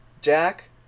Jack